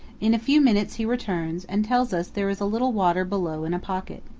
in a few minutes he returns, and tells us there is a little water below in a pocket.